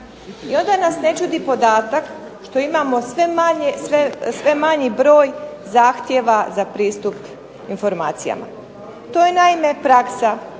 I onda nas ne čudi podatak što imamo sve manji broj zahtjeva za pristup informacijama. To je naime praksa